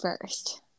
first